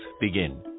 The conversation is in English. begin